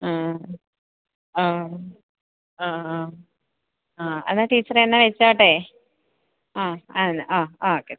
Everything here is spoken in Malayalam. ആ ആ ആ ആ ആ എന്നാല് ടീച്ചറെ എന്നാല് വെച്ചുകൊള്ളട്ടെ ആ ആ ആ ഓക്കെ